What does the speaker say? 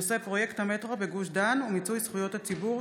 בנושא: פרויקט המטרו בגוש דן ומיצוי זכויות הציבור.